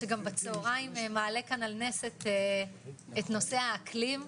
שגם בצהריים מעלה כאן על נס את נושא האקלים.